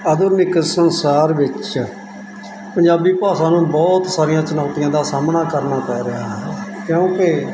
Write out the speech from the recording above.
ਆਧੁਨਿਕ ਸੰਸਾਰ ਵਿੱਚ ਪੰਜਾਬੀ ਭਾਸ਼ਾ ਨੂੰ ਬਹੁਤ ਸਾਰੀਆਂ ਚੁਣੌਤੀਆਂ ਦਾ ਸਾਹਮਣਾ ਕਰਨਾ ਪੈ ਰਿਹਾ ਹੈ ਕਿਉਂਕਿ